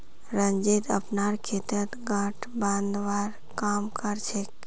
रंजीत अपनार खेतत गांठ बांधवार काम कर छेक